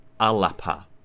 Alapa